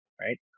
right